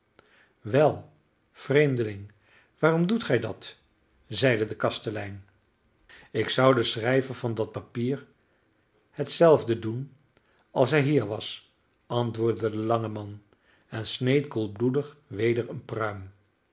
wel vreemdeling waarom doet gij dat zeide de kastelein ik zou den schrijver van dat papier hetzelfde doen als hij hier was antwoordde de lange man en sneed koelbloedig weder een pruim